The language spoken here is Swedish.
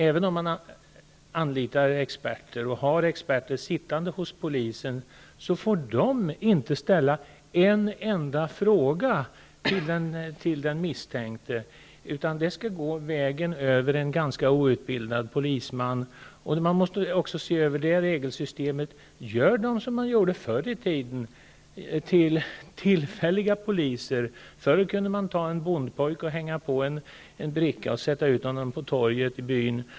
Även om man anlitar experter och har experter sittande hos polisen så får de inte ställa en enda fråga till den misstänkte. Det skall i stället göras av en ganska outbildad polisman. Vi måste även se över det regelsystemet. Gör dessa experter, som man gjorde förr i tiden, till tillfälliga poliser. Förut kunde man ta en bondpojke, hänga på honom en bricka och sätta ut honom på torget i byn.